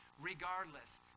regardless